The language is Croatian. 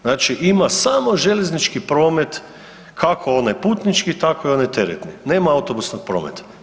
Znači ima samo željeznički promet kako onaj putnički tako i onaj teretni nema autobusnog prometa.